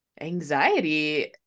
anxiety